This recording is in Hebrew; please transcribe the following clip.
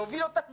להוביל אותם